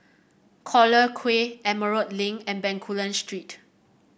Collyer Quay Emerald Link and Bencoolen Street